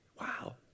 Wow